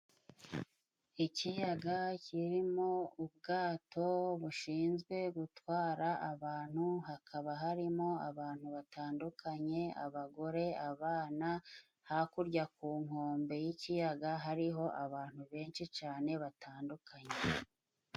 Ikiyaga kirimo ubwato bushinzwe gutwara abantu, hakaba harimo abantu batandukanye abagore abana, hakurya ku nkombe y'ikiyaga hariho abantu benshi cyane batandukanye.